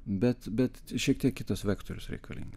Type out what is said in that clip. bet bet šiek tiek kitas vektorius reikalingas